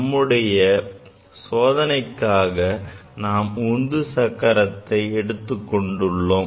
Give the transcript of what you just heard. நம்முடைய சோதனைக்காக நாம் உந்து சக்கரத்தை எடுத்துக் கொண்டுள்ளோம்